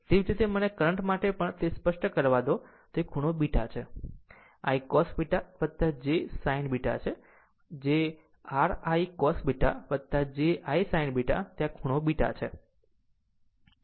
તે જ રીતે મને કરંટ માટે પણ તે જ સ્પષ્ટ કરવા દો તે ખૂણો β છે તે I cos β j sin β છે r I cos β j I sin β ત્યાં I ખૂણો β છે